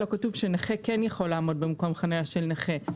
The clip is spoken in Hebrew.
לא כתוב שנכה כן יכול לעמוד במקום חניה של נכה.